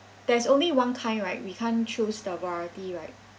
there's only one kind right we can't choose the variety right